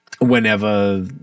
whenever